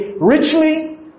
Richly